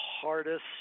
hardest